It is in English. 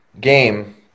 game